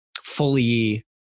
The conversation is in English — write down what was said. fully